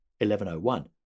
1101